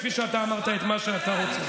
כפי שאתה אמרת את מה שאתה רוצה.